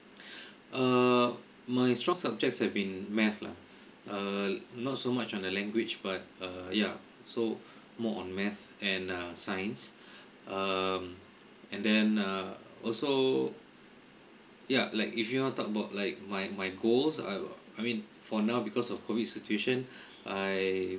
err my strong subjects have been math lah err not so much on the language but uh yeah so more on math and uh science um and then uh also yeah like if you want talk about like my my goals uh I mean for now because of COVID situation I